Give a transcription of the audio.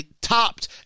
topped